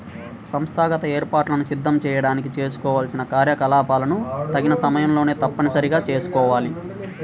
సంస్థాగత ఏర్పాట్లను సిద్ధం చేయడానికి చేసుకోవాల్సిన కార్యకలాపాలను తగిన సమయంలో తప్పనిసరిగా చేయాలి